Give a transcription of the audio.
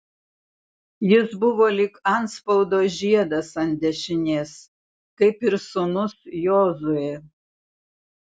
jis buvo lyg antspaudo žiedas ant dešinės kaip ir sūnus jozuė